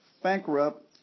bankrupt